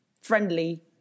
friendly